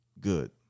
good